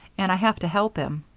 and i have to help him.